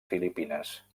filipines